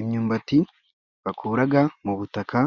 Imyumbati bakuraga mu butaka